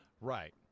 Right